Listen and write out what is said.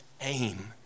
aim